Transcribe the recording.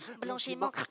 blanchiment